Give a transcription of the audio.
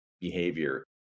behavior